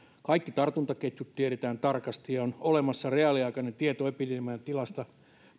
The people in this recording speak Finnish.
kaikki tartuntaketjut tiedetään tarkasti ja on olemassa reaaliaikainen tieto epidemian tilasta